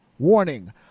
Warning